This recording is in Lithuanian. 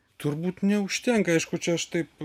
turbūt neužtenka aišku čia aš taip